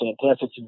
fantastic